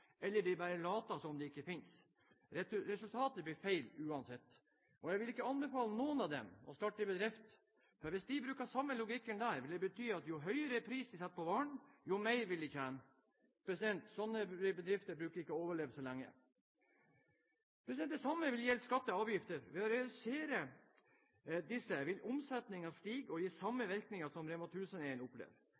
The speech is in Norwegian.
eller om de bare later som de ikke finnes. Resultatet blir feil uansett, og jeg vil ikke anbefale noen av dem å starte en bedrift, for hvis de bruker samme logikken der, vil det bety at jo høyere pris de setter på varen, jo mer vil de tjene. Slike bedrifter bruker ikke å overleve så lenge. Det samme vil gjelde for skatter og avgifter. Ved å redusere disse vil omsetningen stige og gi samme virkning som REMA 1000-eierne opplever.